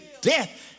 death